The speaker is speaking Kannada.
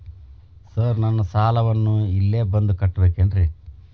ಸರ್ ನನ್ನ ಸಾಲವನ್ನು ನಾನು ಇಲ್ಲೇ ಬಂದು ಕಟ್ಟಬೇಕೇನ್ರಿ?